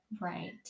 Right